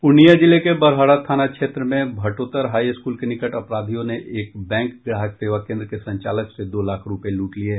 पूर्णिया जिले के बड़हरा थाना क्षेत्र में भटोतर हाईस्कूल के निकट अपराधियों ने एक बैंक ग्राहक सेवा केन्द्र के संचालक से दो लाख रूपये लूट लिये